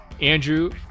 Andrew